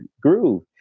groove